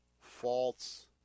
false